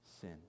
sin